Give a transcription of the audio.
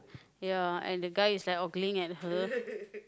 ya and the guy is like ogling at her